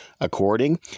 according